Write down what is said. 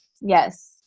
yes